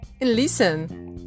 listen